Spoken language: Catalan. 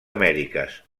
amèriques